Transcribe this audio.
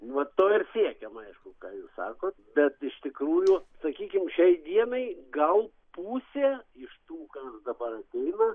va to ir siekiama aišku ką jūs sakot bet iš tikrųjų sakykim šiai dienai gal pusė iš tų kas dabar ateina